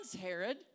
Herod